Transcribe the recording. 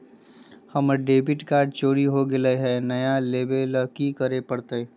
हमर debit card चोरी हो गेले हई, नया लेवे ल की करे पड़तई?